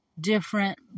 different